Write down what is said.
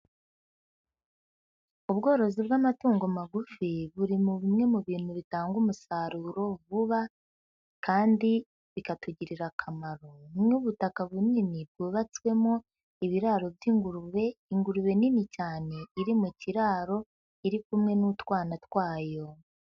Ubworozi bw'amatungo magufi buri muri bimwe mu bintu bitanga umusaruro vuba, kandi bikatugirira akamaro. Ubu ni ubutaka bunini bwubatswemo ibiraro by'ingurube, ingurube nini cyane iri mu kiraro iri kumwe n'utwana twayo.